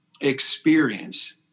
experience